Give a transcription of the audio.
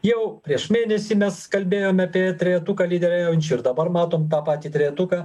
jau prieš mėnesį mes kalbėjom apie trejetuką lyderiaujančių ir dabar matom tą patį trejetuką